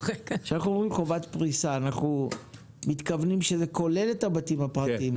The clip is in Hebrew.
אנחנו מתכוונים שזה כולל את הבתים הפרטיים.